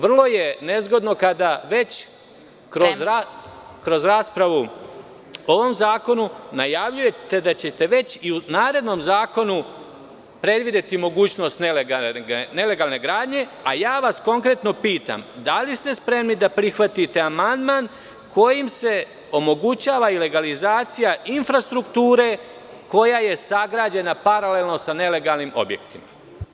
Vrlo je nezgodno kada već kroz raspravu o ovom zakonu najavljujete da ćete već i u narednom zakonu predvideti mogućnost nelegalne gradnje. (Predsedavajuća: Vreme.) Ja vas konkretnopitam – da li ste spremni da prihvatite amandman kojim se omogućava i legalizacija infrastrukture koja je sagrađena paralelno sa nelegalnim objektima?